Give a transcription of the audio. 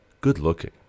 good-looking